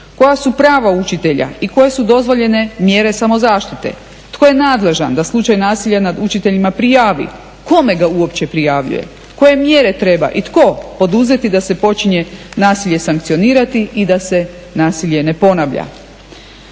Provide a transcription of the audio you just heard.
koja su prava učitelja i koje su dozvoljene mjere samozaštite, tko je nadležan da slučaj nasilja nad učiteljima prijavi, kome ga uopće prijavljuje, koje mjere treba i tko poduzeti da se počinje nasilje sankcionirati i da se nasilje ne ponavlja.